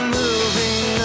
moving